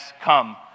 come